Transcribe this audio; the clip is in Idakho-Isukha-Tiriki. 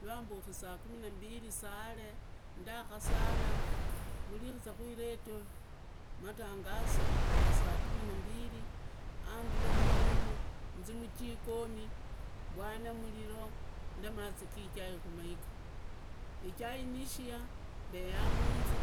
Lwambuki sakumi na mbili saale, ndakasala mburikizire iredio, matangazo ga sakumi na mbili, andure murumu nzi mujikoni bwane muliro, ndemu mazi gi ichai kumaiga, ichai nishiya ndeyaa munza,